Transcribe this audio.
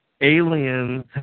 aliens